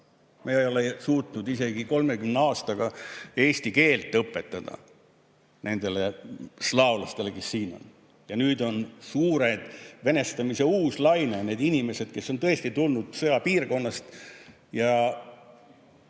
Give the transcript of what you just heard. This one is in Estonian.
Me ei ole suutnud isegi 30 aastaga eesti keelt õpetada nendele slaavlastele, kes siin on. Aga nüüd on suur venestamise uus laine. Ja neile inimestele, kes on tõesti tulnud siia sõjapiirkonnast,